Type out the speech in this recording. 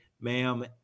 ma'am